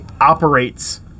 operates